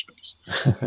space